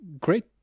great